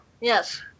Yes